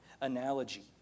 analogy